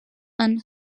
and